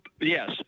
Yes